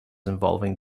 involving